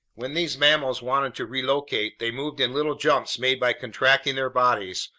when these mammals wanted to relocate, they moved in little jumps made by contracting their bodies,